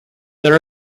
there